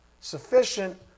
Sufficient